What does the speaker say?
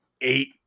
eight